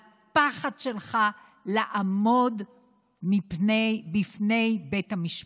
לפחד שלך לעמוד בפני בית המשפט.